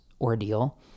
ordeal